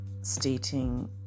stating